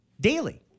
daily